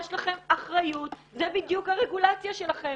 יש לכם אחריות, זה בדיוק הרגולציה שלכם.